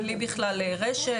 בלי בכלל רשת,